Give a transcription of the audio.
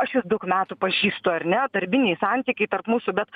aš jus daug metų pažįstu ar ne darbiniai santykiai tarp mūsų bet